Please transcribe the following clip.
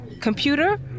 Computer